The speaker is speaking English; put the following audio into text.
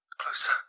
Closer